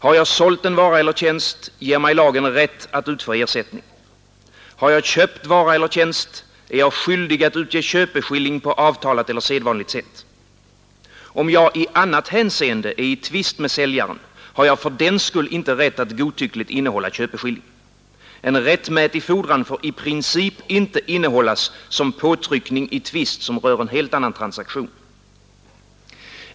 Har jag sålt en vara eller tjänst, ger lagen mig rätt att utfå ersättning. Har jag köpt vara eller tjänst, är jag skyldig att utge köpeskilling på avtalat eller sedvanligt sätt. Om jag i annat hänseende är i tvist med säljaren har jag fördenskull inte rätt att godtyckligt innehålla köpeskilling. En rättmätig fordran får i princip inte innehållas som påtryckning i tvist som rör en helt annan transaktion.